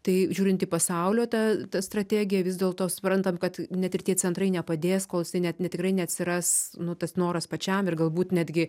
tai žiūrint į pasaulio tą strategiją vis dėlto suprantam kad net ir tie centrai nepadės kol jisai net ne tikrai neatsiras nu tas noras pačiam ir galbūt netgi